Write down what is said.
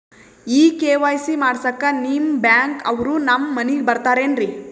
ಈ ಕೆ.ವೈ.ಸಿ ಮಾಡಸಕ್ಕ ನಿಮ ಬ್ಯಾಂಕ ಅವ್ರು ನಮ್ ಮನಿಗ ಬರತಾರೆನ್ರಿ?